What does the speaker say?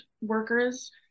workers